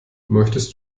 möchtest